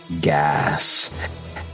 gas